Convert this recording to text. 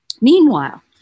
Meanwhile